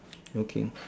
okay